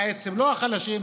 בעצם, לא החלשים.